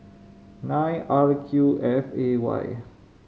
nine R Q F A Y